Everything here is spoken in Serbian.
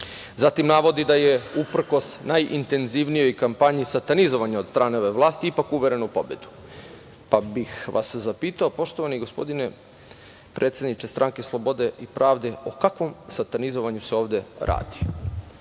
Zatim, navodi da je uprkos najintenzivnijoj kampanji satanizovanja od strane ove vlasti ipak uveren u pobedu. Pa, bih vas zapitao poštovani gospodine predsedniče stranke Slobode i pravde, o kakvom satanizovanju se ovde radi? Da